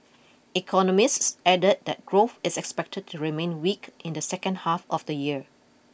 economists added that growth is expected to remain weak in the second half of the year